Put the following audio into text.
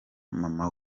maman